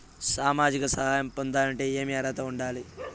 సామాజిక సహాయం పొందాలంటే ఏమి అర్హత ఉండాలి?